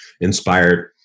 inspired